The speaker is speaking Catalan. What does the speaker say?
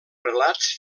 prelats